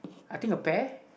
I think a pear